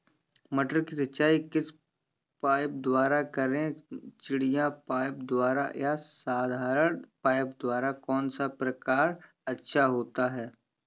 मटर की सिंचाई किस पाइप द्वारा करें चिड़िया पाइप द्वारा या साधारण पाइप द्वारा कौन सा प्रकार अच्छा होता है?